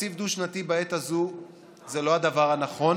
תקציב דו-שנתי בעת הזאת זה לא הדבר הנכון.